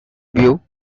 view